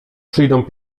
przyjdą